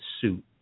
suit